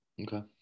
Okay